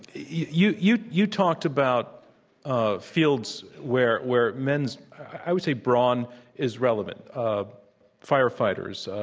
you you you talked about ah fields where where men's, i would say, brawn is relevant um firefighters,